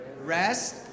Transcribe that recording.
rest